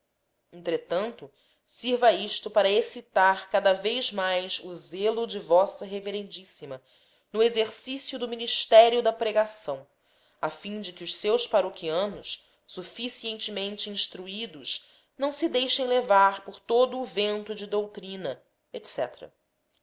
entretanto sirva isto para excitar cada vez mais o zelo de v revma no exercício do ministério da pregação a fim de que os seus paroquianos suficientemente instruídos não se deixem levar por todo o vento de doutrina